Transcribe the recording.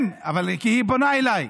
הם כי היא פונה אליי.